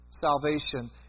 salvation